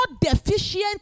deficient